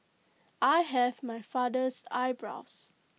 I have my father's eyebrows